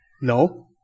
No